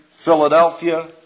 Philadelphia